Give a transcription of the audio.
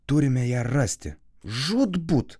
turime ją rasti žūtbūt